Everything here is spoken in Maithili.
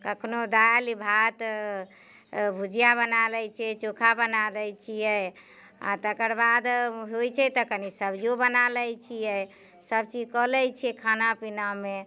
कखनहु दालि भात भुजिया बना लैत छियै चोखा बना लैत छियै आ तकर बाद होइत छै तऽ कनि सब्जियो बना लैत छियै सभचीज कऽ लैत छियै खाना पीनामे